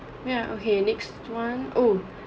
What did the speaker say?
ya okay next one oh